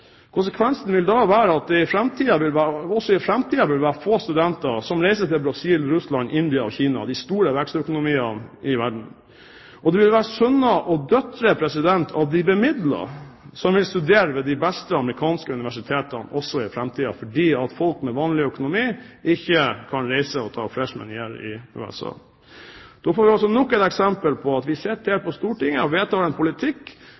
Konsekvensen vil være at det også i framtiden vil være få studenter som reiser til Brasil, Russland, India og Kina – de store vekstøkonomiene i verden. Det vil være sønner og døtre av de bemidlede som vil studere ved de beste amerikanske universitetene også i framtiden, fordi folk med vanlig økonomi ikke kan reise og ta et freshman year i USA. Da får vi nok et eksempel på at vi sitter her på Stortinget og vedtar en politikk